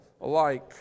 alike